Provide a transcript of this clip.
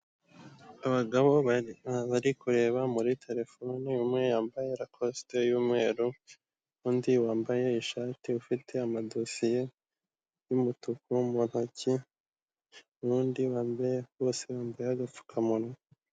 Abagabo bari kureba muri terefone, umwe yambaye rakositi y'umweru, undi wambaye ishati, ufite amadosiye y'umutuku mu ntoki, n'undi wambaye, bose bambaye agapfukamunwa.